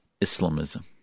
Islamism